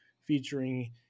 featuring